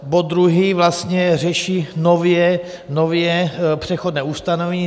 Bod druhý vlastně řeší nově přechodné ustanovení.